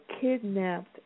kidnapped